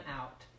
out